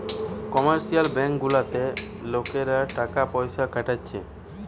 commercial bank গুলাতে লোকরা টাকা পয়সা খাটাচ্ছে